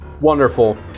Wonderful